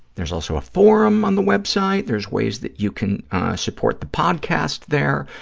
there's also a forum on the web site. there's ways that you can support the podcast there.